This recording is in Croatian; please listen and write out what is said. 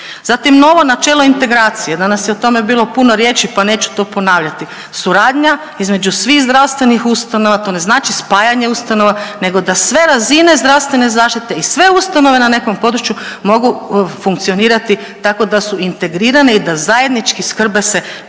Zatim, novo načelo integracije, danas je o tome bilo puno riječi, pa neću to ponavljati, suradnja između svih zdravstvenih ustanova, to ne znači spajanje ustanova nego da sve razine zdravstvene zaštite i sve ustanove na nekom području mogu funkcionirati tako da su integrirane i da zajednički skrbe se